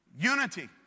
Unity